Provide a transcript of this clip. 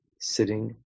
Sitting